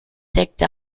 sekte